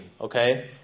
okay